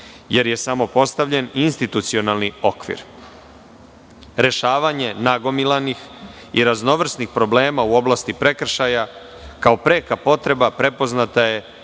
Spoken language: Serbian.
jer je samo postavljen institucionalni okvir. Rešavanje nagomilanih i raznovrsnih problema u oblasti prekršaja kao preka potreba prepoznata je